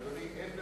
אדוני, אין,